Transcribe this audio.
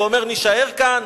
ואומר: נישאר כאן,